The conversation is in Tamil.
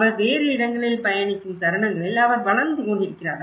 அவர் வேறு இடங்களில் பயணிக்கும் தருணங்கலில் அவர் வளர்ந்து கொண்டிருக்கிறார்